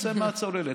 יוצא מהצוללת.